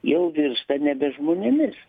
jau virsta nebe žmonėmis